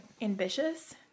ambitious